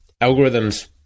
algorithms